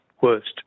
worst